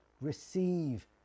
Receive